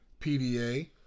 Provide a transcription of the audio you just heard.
PDA